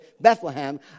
Bethlehem